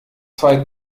zwei